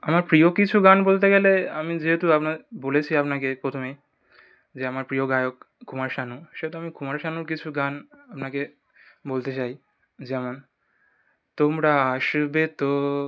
আমার প্রিয় কিছু গান বলতে গেলে আমি যেহেতু আপনার বলেছি আপনাকে প্রথমেই যে আমার প্রিয় গায়ক কুমার শানু সেহেতু আমি কুমার শানুর কিছু গান আপনাকে বলতে চাই যেমন তোমরা আসবে তো